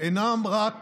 אינם רק